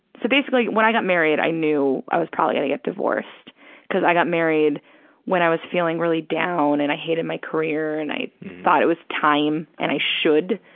so basically, when i got married, i knew i was probably going to get divorced because i got married when i was feeling really down and i hated my career and i thought it was time and i should.